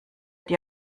dir